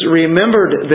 remembered